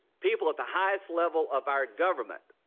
people at the highest level of our government